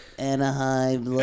Anaheim